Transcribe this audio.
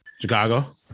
Chicago